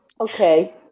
Okay